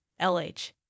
LH